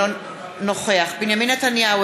אינו נוכח בנימין נתניהו,